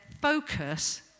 focus